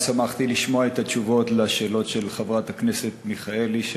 גם שמחתי לשמוע את התשובות על השאלות של חברת הכנסת מיכאלי,